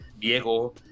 diego